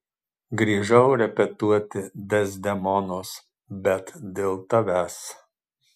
grįžau repetuoti dezdemonos bet dėl tavęs